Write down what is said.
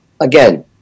Again